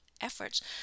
efforts